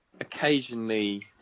Occasionally